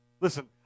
Listen